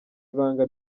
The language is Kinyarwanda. ibanga